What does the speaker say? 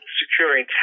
securing